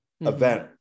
event